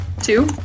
Two